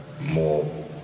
more